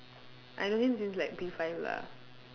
I know him since like P five lah